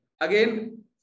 Again